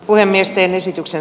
puhemiesten esityksen